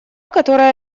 которая